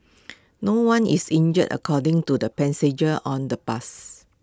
no one is injured according to the passenger on the bus